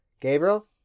Gabriel